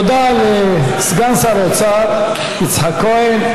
תודה לסגן שר האוצר יצחק כהן.